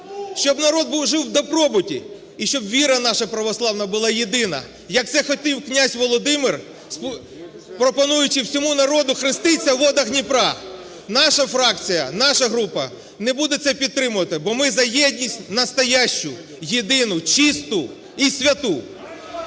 щоб народ жив в добробуті і щоб віра наша православна була єдина, як це хотів князь Володимир, пропонуючи всьому народу хреститися у водах Дніпра. Наша фракція, наша група не буде це підтримувати, бо ми за єдність настоящу, єдину, чисту і святу.